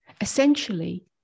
Essentially